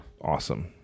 Awesome